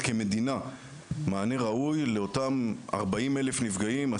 כמדינה מענה ראוי לאותם 40,000 נפגעים,